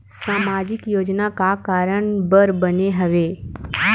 सामाजिक योजना का कारण बर बने हवे?